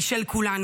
היא של כולנו.